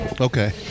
Okay